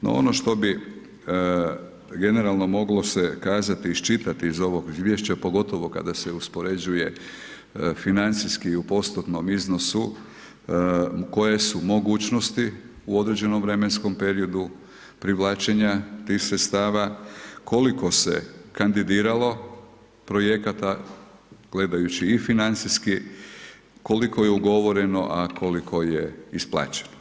No ono što bi generalno moglo se kazati iščitati iz ovoga izvješća pogotovo kada se uspoređuje financijski u postotnom iznosu koje su mogućnosti u određenom vremenskom periodu privlačenja tih sredstava, koliko se kandidiralo projekata gledajući i financijski, koliko je ugovoreno, a koliko je isplaćeno.